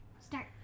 start